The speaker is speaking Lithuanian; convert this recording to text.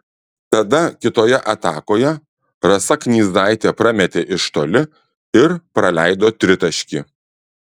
tada kitoje atakoje rasa knyzaitė prametė iš toli ir praleido tritaškį